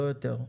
לא יותר.